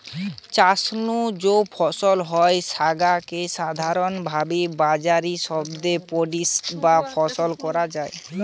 চাষ নু যৌ ফলন হয় স্যাগা কে সাধারণভাবি বাজারি শব্দে প্রোডিউস বা ফসল কয়া হয়